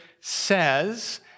says